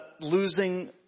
losing